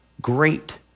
great